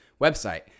website